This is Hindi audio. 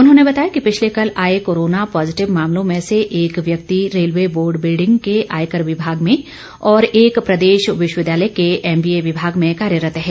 उन्होंने बताया कि पिछले कल आए कोरोना पॉजिटिव मामलों में से एक व्यक्ति रेलवे बोर्ड बिल्डिंग की आयकर विमाग में और एक व्यक्ति प्रदेश विश्वविद्यालय के एमबीए विभाग में कार्यरत है